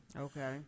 Okay